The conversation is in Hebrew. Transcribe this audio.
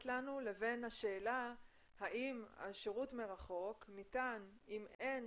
לנו לבין השאלה האם השירות מרחוק ניתן אם אין